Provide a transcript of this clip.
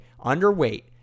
underweight